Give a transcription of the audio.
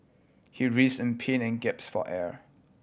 he writhed in pain and gaps for air